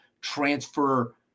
transfer